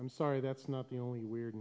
i'm sorry that's not the only weird